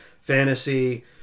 fantasy